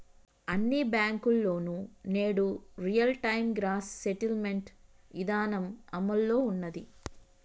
అన్ని బ్యేంకుల్లోనూ నేడు రియల్ టైం గ్రాస్ సెటిల్మెంట్ ఇదానం అమల్లో ఉన్నాది